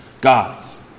God's